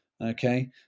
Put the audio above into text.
okay